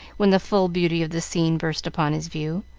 when the full beauty of the scene burst upon his view.